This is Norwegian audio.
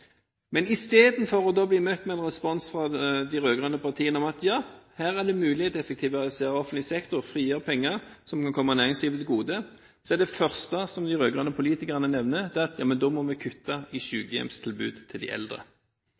Men istedenfor å bli møtt med respons, at her er det mulig å effektivisere offentlig sektor og frigjøre penger som kan komme næringslivet til gode, er det første de rød-grønne politikerne nevner: Ja, men da må vi kutte i sykehjemstilbud til de eldre.